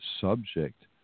subject